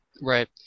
Right